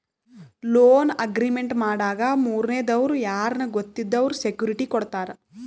loan agreement ಮಾಡಾಗ ಮೂರನೇ ದವ್ರು ಯಾರ್ನ ಗೊತ್ತಿದ್ದವ್ರು ಸೆಕ್ಯೂರಿಟಿ ಕೊಡ್ತಾರ